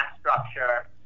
structure